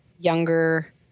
younger